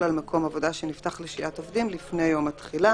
על מקום עבודה שנפתח לשהיית עובדים לפני יום התחילה.